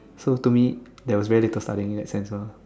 so to me there was very little studying in that sense lah